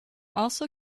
also